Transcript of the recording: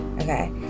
Okay